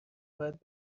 باید